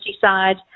side